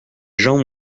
gens